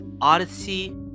Odyssey